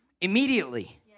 Immediately